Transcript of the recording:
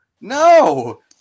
No